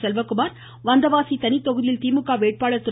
செல்வகுமார் வந்தவாசி தனித்தொகுதியில் திமுக வேட்பாளர் திரு